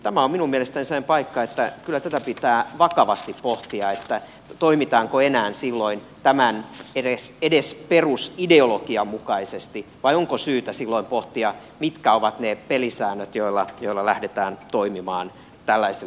tämä on minun mielestäni semmoinen paikka että kyllä tätä pitää vakavasti pohtia toimitaanko enää silloin edes tämän perusideologian mukaisesti vai onko syytä silloin pohtia mitkä ovat ne pelisäännöt joilla lähdetään toimimaan tällaisilla markkinoilla